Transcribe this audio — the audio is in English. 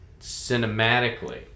cinematically